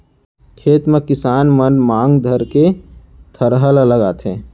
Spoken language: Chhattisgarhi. खेत म किसान मन मांग धरके थरहा ल लगाथें